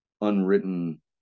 unwritten